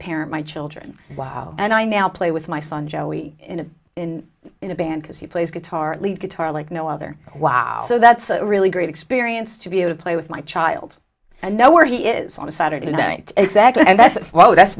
parent my children wow and i now play with my son joey in in a band because he plays guitar lead guitar like no other wow so that's a really great experience to be able to play with my child and know where he is on a saturday night exactly and that's it well that's